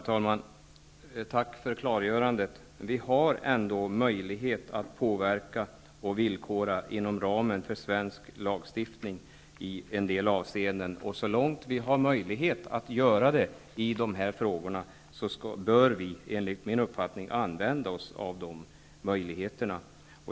Herr talman! Tack för klargörandet! Vi har ändå möjlighet att påverka och villkora inom ramen för svensk lagstiftning i en del avseenden, och så långt vi har den möjligheten i dessa frågor bör vi, enligt min uppfattning, använda oss av den.